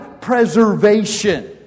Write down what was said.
preservation